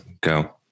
go